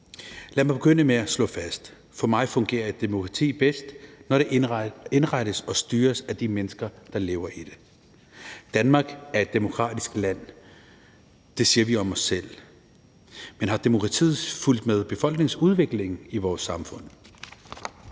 Lad mig begynde med at slå fast: For mig fungerer et demokrati bedst, når det indrettes og styres af de mennesker, der lever i det. Danmark er et demokratisk land – det siger vi om os selv – men har demokratiet fulgt med befolkningens udvikling i vores samfund?